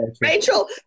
Rachel